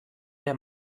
der